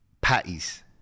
patties